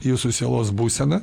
jūsų sielos būsena